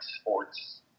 sports